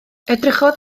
edrychodd